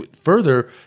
further